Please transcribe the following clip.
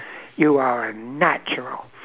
you are a natural